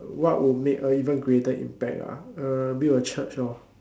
what would make a even greater impact ah uh build a church lor